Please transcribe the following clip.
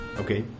okay